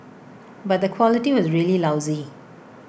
but the quality was really lousy